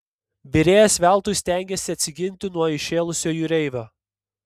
virėjas veltui stengėsi atsiginti nuo įšėlusio jūreivio